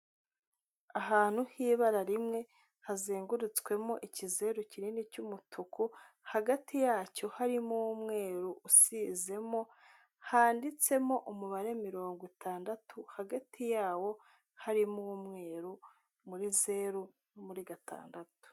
Ahantu h'ibara rimwe hazengurutswemo ikizeru kinini cy'umutuku. Hagati yacyo harimo umweru usizemo, handitsemo umubare mirongo itandatu, hagati yawo harimo umweru muri zeru no muri gatandatu.